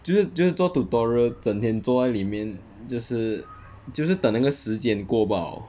就是就是做 tutorial 整天坐在里面就是就是等那个时间过罢了